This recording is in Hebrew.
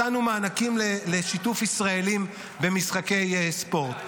נתנו מענקים לשיתוף ישראלים במשחקי ספורט,